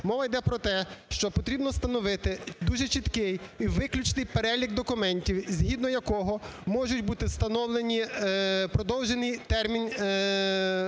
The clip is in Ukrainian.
Мова йде про те, що потрібно встановити дуже чіткий і виключний перелік документів, згідно якого можуть бути встановлені… продовжений термін декларацій